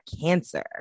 cancer